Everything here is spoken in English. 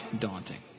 daunting